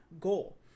goal